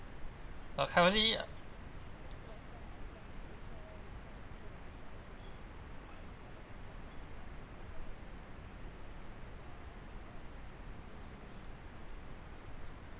uh currently